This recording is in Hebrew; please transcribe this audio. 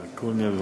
לרוויה.